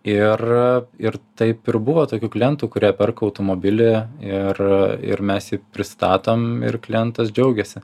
ir ir taip ir buvo tokių klientų kurie perka automobilį ir ir mes jį pristatom ir klientas džiaugiasi